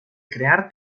crear